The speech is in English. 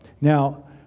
Now